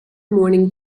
morning